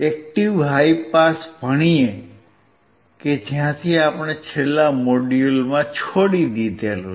active high pass ભણીએ કે જ્યાંથી આપણે છેલ્લા મોડ્યુલમાં છોડી દીધું છે